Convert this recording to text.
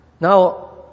Now